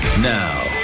Now